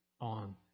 on